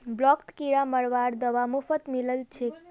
ब्लॉकत किरा मरवार दवा मुफ्तत मिल छेक